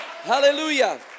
Hallelujah